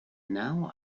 now